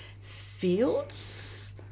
Fields